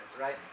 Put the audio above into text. right